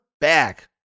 back